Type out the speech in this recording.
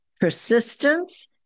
persistence